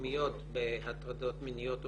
המקומיות בהטרדות מיניות ומניעתן,